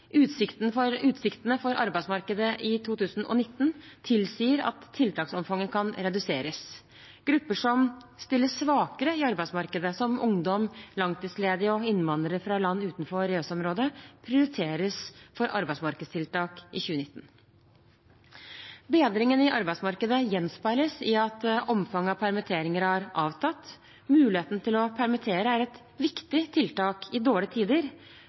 styrket betydelig. Utsiktene for arbeidsmarkedet i 2019 tilsier at tiltaksomfanget kan reduseres. Grupper som stiller svakere i arbeidsmarkedet, som ungdom, langtidsledige og innvandrere fra land utenfor EØS-området, prioriteres for arbeidsmarkedstiltak i 2019. Bedringen i arbeidsmarkedet gjenspeiles i at omfanget av permitteringer har avtatt. Muligheten til å permittere er et viktig tiltak i dårlige tider.